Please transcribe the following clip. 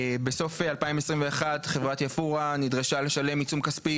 בסוף 2021 חברה יפאורה נדרשה לשלם עיצום כספי